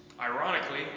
Ironically